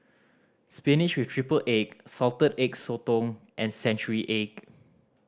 spinach with triple egg Salted Egg Sotong and century egg